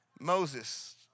Moses